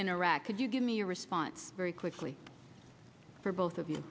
iraq could you give me a response very quickly for both of you